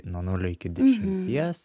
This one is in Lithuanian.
nuo nulio iki dešimties